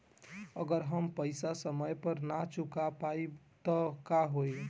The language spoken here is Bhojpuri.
अगर हम पेईसा समय पर ना चुका पाईब त का होई?